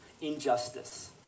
injustice